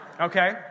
Okay